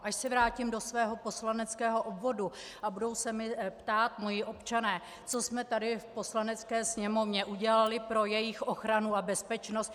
Až se vrátím do svého poslaneckého obvodu a budou se mě ptát moji občané, co jsme tady v Poslanecké sněmovně udělali pro jejich ochranu a bezpečnost...